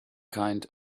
kind